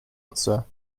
answer